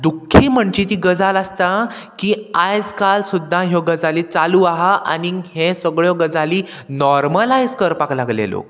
दुख्खी म्हणची ती गजाल आसता की आयज काल सुद्दां ह्यो गजाली चालू आहा आनीक हे सगळ्यो गजाली नॉर्मलायज करपाक लागले लोक